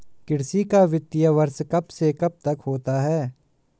कृषि का वित्तीय वर्ष कब से कब तक होता है?